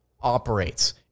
operates